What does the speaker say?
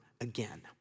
again